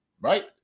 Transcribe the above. right